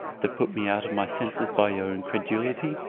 that put me out of my senses by your incredulity.